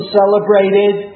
celebrated